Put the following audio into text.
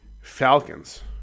Falcons